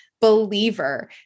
believer